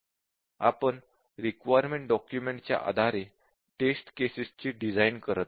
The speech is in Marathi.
आपण रिक्वायरमेंट डॉक्युमेंट च्या आधारे टेस्ट केसेस ची डिझाईन करत नाही